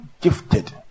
gifted